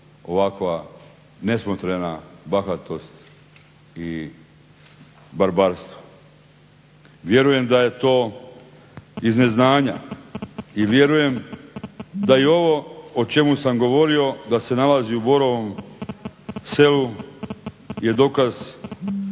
ovakva nesmotrena bahatost i barbarstvo. Vjerujem da je to iz neznanja i vjerujem da i ovo o čemu sam govorio da se nalazi u Borovom selu je dokaz